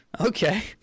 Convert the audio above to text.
Okay